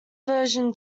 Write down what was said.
version